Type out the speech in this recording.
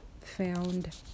found